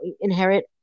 inherit